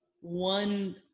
one